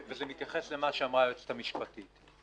וזה מתייחס אל מה שאמרה היועצת המשפטית לוועדה.